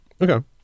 Okay